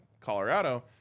colorado